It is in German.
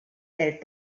geld